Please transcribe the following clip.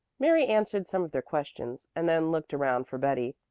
mary answered some of their questions and then looked around for betty.